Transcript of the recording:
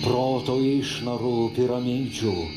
proto išnarų piramidžių